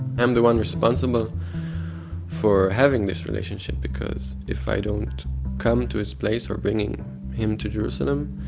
i'm the one responsible for having this relationship. because if i don't come to his place or bring him to jerusalem,